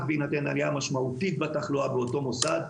בהינתן עלייה משמעותית בתחלואה באותו מוסד,